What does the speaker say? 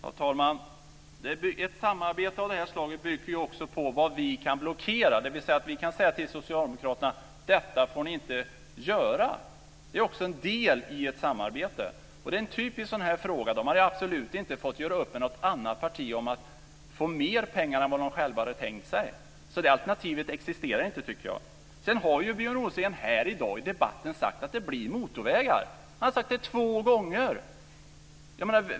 Fru talman! Ett samarbete av detta slag bygger också på vad vi kan blockera. Vi kan säga till Socialdemokraterna: Detta får ni inte göra. Det är också en del i ett samarbete. Detta är en typisk sådan fråga. Socialdemokraterna hade absolut inte kunnat göra upp med något annat parti om mer pengar än vad de själva hade tänkt sig. Det alternativet existerar inte. Björn Rosengren har här i dag i debatten sagt att det blir motorvägar. Han har sagt det två gånger.